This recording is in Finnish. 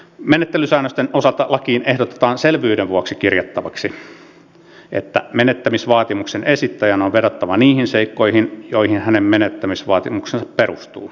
menettelysäännösten osalta lakiin ehdotetaan selvyyden vuoksi kirjattavaksi että menettämisvaatimuksen esittäjän on vedottava niihin seikkoihin joihin hänen menettämisvaatimuksensa perustuu